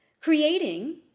creating